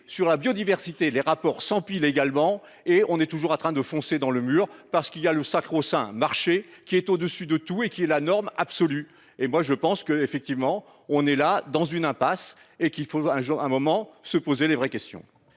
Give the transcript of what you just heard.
sur la biodiversité et les rapports s'empilent également et on est toujours en train de foncer dans le mur parce qu'il y a le sacro-saint marché qui est au-dessus de tout et qui est la norme absolue et moi je pense que, effectivement, on est là dans une impasse et qu'il faut un jour un moment se poser les vraies questions.